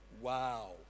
Wow